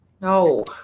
No